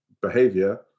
behavior